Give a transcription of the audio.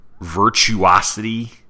Virtuosity